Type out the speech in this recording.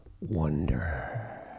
wonder